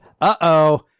uh-oh